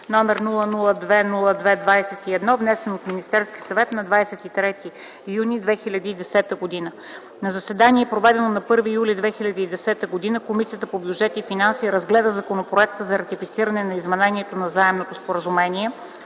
№ 002-02-21, внесен от Министерския съвет на 23 юни 2010 г. На заседание, проведено на 1 юли 2010 г., Комисията по бюджет и финанси разгледа Законопроекта за ратифициране на Изменението на Заемното споразумение